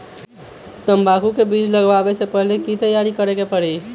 तंबाकू के बीज के लगाबे से पहिले के की तैयारी करे के परी?